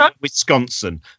wisconsin